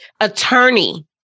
attorney